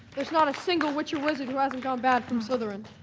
there's not a single witch or wizard who hasn't gone bad from slytherin.